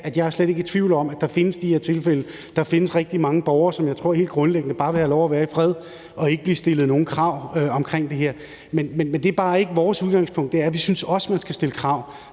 at jeg slet ikke er i tvivl om, at der findes de her tilfælde. Der findes rigtig mange borgere, som jeg helt grundlæggende tror bare vil have lov at være i fred og ikke blive stillet nogen krav omkring det her. Men det er bare ikke vores udgangspunkt. For det er, at vi også synes, man skal stille krav